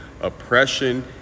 oppression